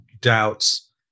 doubts